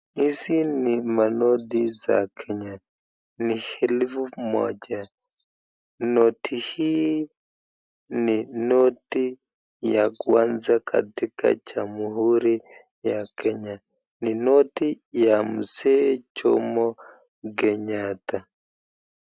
Hizi ni manoti za kenya, ni elfu moja. Noti hii ni noti ya kwanza katika jamhuri ya Kenya. Ni noti ya mzee Jomo Kenyata.